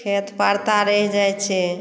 खेत परता रहि जाइत छै